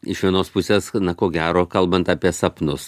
iš vienos pusės na ko gero kalbant apie sapnus